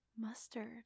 Mustard